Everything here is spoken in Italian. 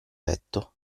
petto